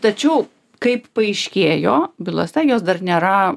tačiau kaip paaiškėjo bylose jos dar nėra